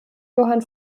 johann